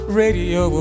radio